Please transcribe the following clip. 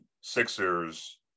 Sixers